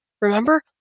Remember